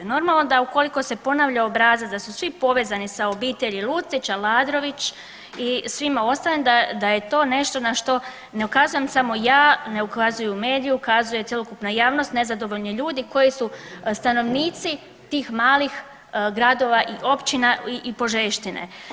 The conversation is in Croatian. Normalno da ukoliko se ponavlja obrazac da su svi povezani sa obitelji Lucić, Aladrović i svima ostalima da, da je to nešto na što ne ukazujem samo ja, ne ukazuju mediji, ukazuje cjelokupna javnost i nezadovoljni ljudi koji su stanovnici tih malih gradova i općina i Požeštine.